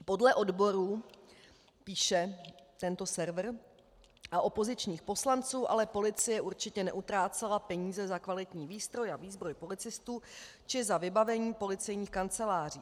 Podle odborů, píše tento server, a opozičních poslanců ale policie určitě neutrácela peníze za kvalitní výstroj a výzbroj policistů či za vybavení policejních kanceláří.